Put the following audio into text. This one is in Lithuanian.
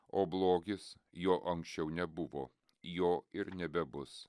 o blogis jo anksčiau nebuvo jo ir nebebus